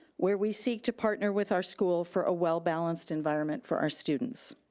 where we seek to partner with our school for a well-balanced environment for our students.